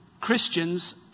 Christians